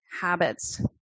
habits